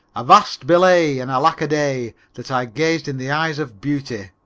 avast! belay, and alack-a-day that i gazed in the eyes of beauty.